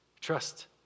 trust